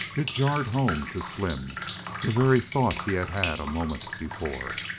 it jarred home to slim the very thought he had had a moment before.